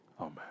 Amen